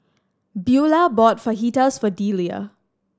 Beaulah bought Fajitas for Delia